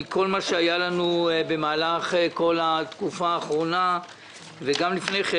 עם כל מה שהיה לנו במהלך כל התקופה האחרונה וגם לפני כן,